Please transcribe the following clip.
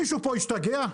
מישהו השתגע?